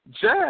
jazz